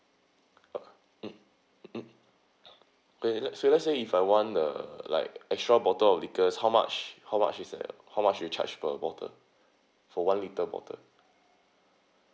mm mm okay let's say let's say if I want a like extra bottle of liquors how much how much is the how much they charge per bottle for one litre bottle